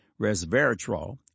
resveratrol